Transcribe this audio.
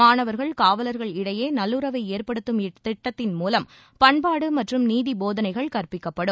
மாணவர்கள் காவலர்கள் இடையே நல்லுறை ஏற்படுத்தும் இத்திட்டத்தின் மூலம் பண்பாடு மற்றும் நீதி போதனைகள் கற்பிக்கப்படும்